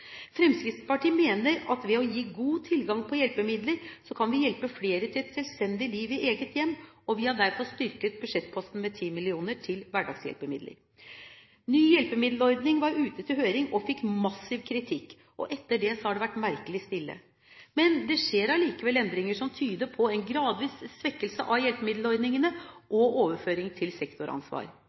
Fremskrittspartiet mener at ved å gi god tilgang på hjelpemidler kan vi hjelpe flere til et selvstendig liv i eget hjem, og vi har derfor styrket budsjettposten med 10 mill. kr til hverdagshjelpemidler. Ny hjelpemiddelordning var ute på høring og fikk massiv kritikk. Etter det har det vært merkelig stille. Men det skjer allikevel endringer som tyder på en gradvis svekkelse av hjelpemiddelordningene og overføring til sektoransvar.